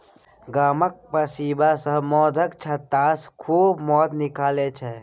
गामक पसीबा सब मौधक छत्तासँ खूब मौध निकालै छै